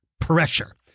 pressure